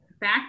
back